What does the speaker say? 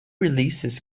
releases